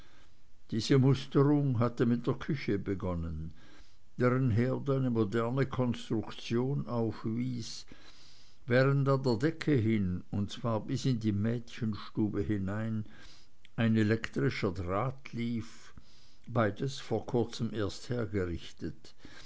diese musterung hatte mit der küche begonnen deren herd eine moderne konstruktion aufwies während an der decke hin und zwar bis in die mädchenstube hinein ein elektrischer draht lief beides vor kurzem erst hergerichtet